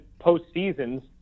postseasons